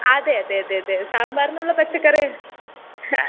അതെ അതെ അതെ അതെ സാമ്പാറിനുള്ള പച്ചക്കറി അ